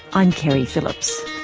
i'm keri phillips.